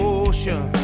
ocean